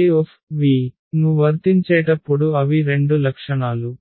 AA ను వర్తించేటప్పుడు అవి రెండు లక్షణాలు